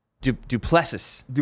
Duplessis